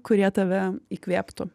kurie tave įkvėptų